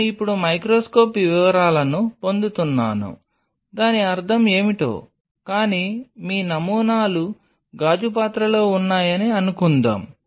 నేను ఇప్పుడు మైక్రోస్కోప్ వివరాలను పొందుతున్నాను దాని అర్థం ఏమిటో కానీ మీ నమూనాలు గాజు పాత్రలో ఉన్నాయని అనుకుందాం